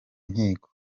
nkiko